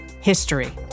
HISTORY